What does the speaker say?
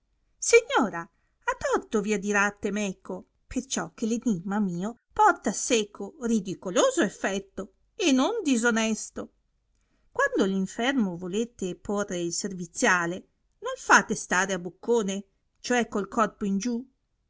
signora a torto vi adirate meco perciò che enimma mio porta seco ridicoloso effetto e non disonesto quando all infermo volete porre il serviziale non fate stare a boccone ciò è col corpo in giù